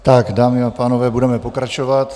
Tak dámy a pánové, budeme pokračovat.